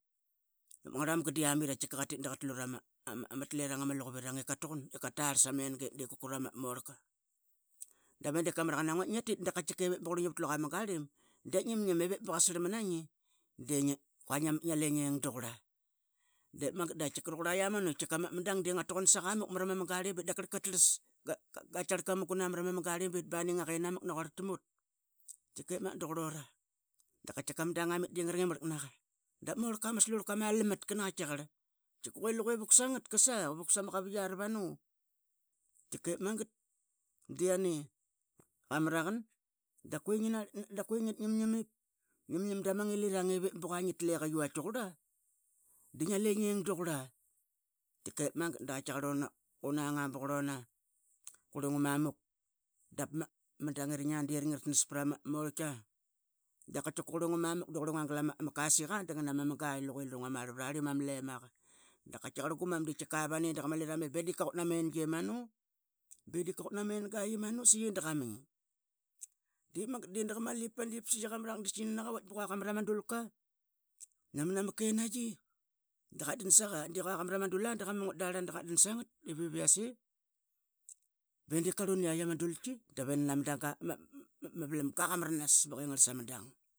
Dap ma ngrmamga de qamit i qa manait ip tama luqup irang ama herana ip qa taqun i qarlarl samenga i dep qukut ama orlka. Dave dep qamragan nangua ngiatit davep duringi pat luga mamunga rim dap ngimngun i baga sarman nangi dap ngia lengleng tuqura dep mangat daqitkika tuqura i amanu amdang ngatuqun saqa mrama munga rlibit daqar qa trlas qaitiaqar qa trlas qamungan na mrama munga rlibit ba ningaqi namak nauqur tmut. Tkik ip mangat da qrlora tkika ma dang amit denga rnging marlak naqa dap naitkar ama orlka de ama amalam mutka ruanu qasa. Dep mangat diani dqa maraqan dap que ngim dama ngilirang i vep braqurle ngiang tuqurla tkikep mangat do nanga ba quringua mamuk dap ma dang iraina ngra snas prama ma orlki dakatkika denglama kasiqa. Dangnaua mungan luqqe lira nglea mar prarlim ama lemaqa dap qatagar guman de dav vanu ipa i dep qaqut namengi imanu sai ee da qaming. Dep mangat de qaqa mali rama dulqa vait samarama kenayi baqamura ma dul sava srapqi dagamon sangat iv i sai dqa mriaik and dulka dep qarlunaitki sai ee dama orlka qamaranas nauquar tama daug.